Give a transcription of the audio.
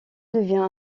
devient